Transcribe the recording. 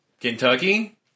Kentucky